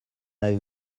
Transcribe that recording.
avez